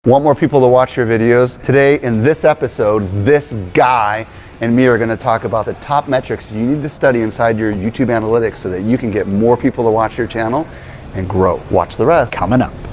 want more people to watch your videos? today, in this episode, this guy and me are gonna talk about the top metrics you need to study inside your youtube analytics so that you can get more people to watch your channel and grow. watch the rest. coming up.